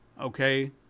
Okay